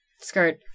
skirt